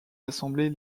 assemblées